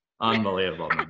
Unbelievable